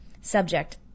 subject